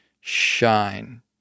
shine